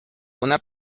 una